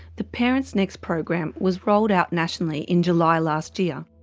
the parents next program was rolled out nationally in july last year.